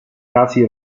casi